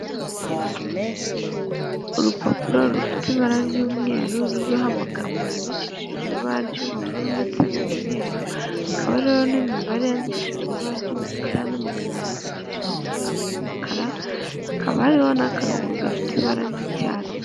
Urupapuro rufite ibara ry'umweru ruriho amagambo yandikishijwe ibara ry'ubururu ndetse n'umweru, hakaba rero n'imibare yandikishijwe ibara ry'umukara n'amagambo yandikishije ibara ry'umukara, hakaba hariho n'akarongo gafite ibara ry'icyatsi.